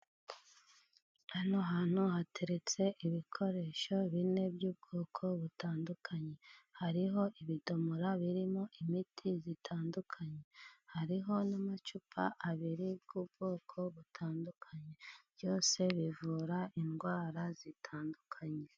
Hano hantu hateretse ibikoresho bine by'ubwoko butandukanye. Hariho ibidomora birimo imiti itandukanye， hariho n'amacupa abiri y'ubwoko butandukanye， byose bivura indwara zitandukanye.